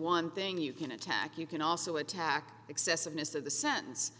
one thing you can attack you can also attack excessiveness of the sentence